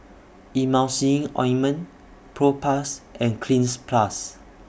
Emulsying Ointment Propass and Cleanz Plus